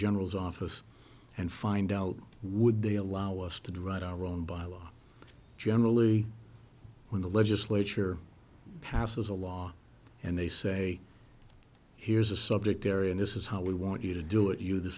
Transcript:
general's office and find out would they allow us to do right or wrong by law generally when the legislature passes a law and they say here's a subject area and this is how we want you to do it you the